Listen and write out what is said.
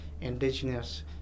indigenous